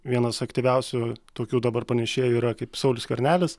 vienas aktyviausių tokių dabar panešėjų yra kaip saulius skvernelis